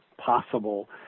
possible